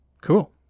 cool